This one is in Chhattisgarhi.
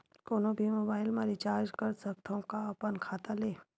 कोनो भी मोबाइल मा रिचार्ज कर सकथव का अपन खाता ले?